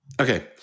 okay